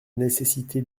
nécessité